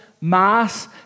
Mass